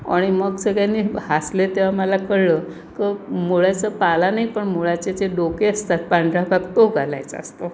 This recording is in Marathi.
आणि मग सगळ्यांनी हसले तेव्हा मला कळलं क मुळ्याचं पाला नाही पण मुळाचे जे डोके असतात पांढरा भाग तो घालायचा असतो